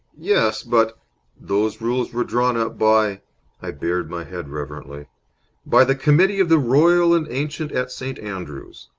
yes, but those rules were drawn up by i bared my head reverently by the committee of the royal and ancient at st. andrews.